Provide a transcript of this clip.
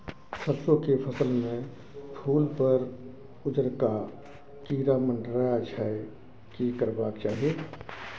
सरसो के फसल में फूल पर उजरका कीरा मंडराय छै की करबाक चाही?